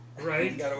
right